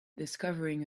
discovering